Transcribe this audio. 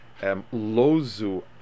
Lozu